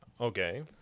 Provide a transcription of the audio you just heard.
Okay